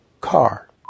Car